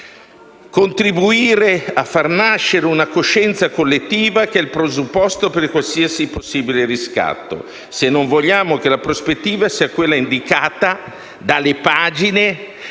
contribuire a far nascere una coscienza collettiva, che è il presupposto per qualsiasi possibile riscatto, se non vogliamo che la prospettiva sia quella indicata dalle pagine,